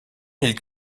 ils